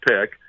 pick